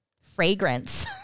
fragrance